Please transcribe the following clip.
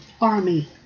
Army